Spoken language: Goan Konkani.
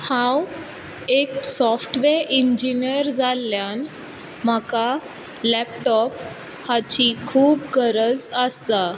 हांव एक सोफ्टव्हेर इंजिनियर जाल्यान म्हाका लेपटोप हाची खूब गरज आसता